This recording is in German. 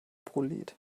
prolet